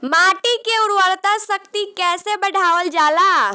माटी के उर्वता शक्ति कइसे बढ़ावल जाला?